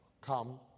come